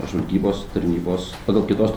žvalgybos tarnybos pagal kitos